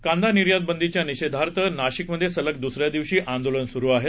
कांदा निर्यातबंदीच्या निषेधार्थ नाशिकमधे सलग दुस या दिवशी आंदोलनं सुरु आहेत